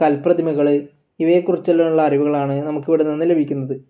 കൽ പ്രതിമകൾ ഇവയെക്കുറിച്ചുള്ള അറിവുകളാണ് നമുക്കിവിടെ നിന്നും ലഭിക്കുന്നത്